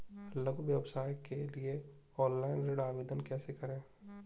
लघु व्यवसाय के लिए ऑनलाइन ऋण आवेदन कैसे करें?